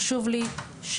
חשוב לי,